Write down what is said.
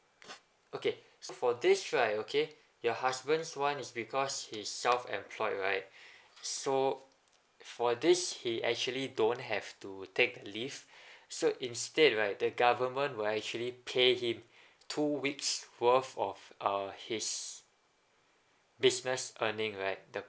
okay so for this right okay your husband's one is because he is self employed right so for this he actually don't have to take leave so instead right the government will actually pay him two weeks worth of his business earning like the